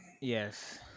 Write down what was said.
Yes